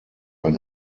ein